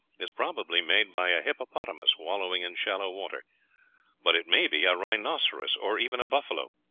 is probably made by a hippopotamus wallowing in shallow water but it may be a rhinoceros, or even a buffalo.